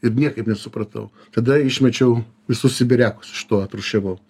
ir niekaip nesupratau tada išmečiau visus sibiriakus iš to atrūšiavau